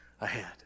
ahead